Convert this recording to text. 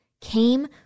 came